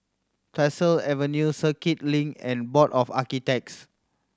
Tyersall Avenue Circuit Link and Board of Architects